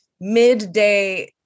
midday